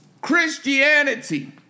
Christianity